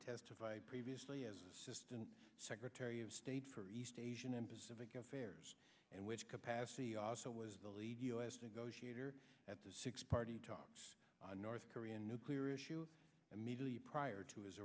testify previously as assistant secretary of state for east asian and pacific affairs and which capacity also was the lead us to go shooter at the six party talks on north korean nuclear issue immediately prior to his